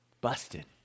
busted